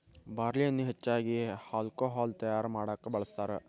ಬಾರ್ಲಿಯನ್ನಾ ಹೆಚ್ಚಾಗಿ ಹಾಲ್ಕೊಹಾಲ್ ತಯಾರಾ ಮಾಡಾಕ ಬಳ್ಸತಾರ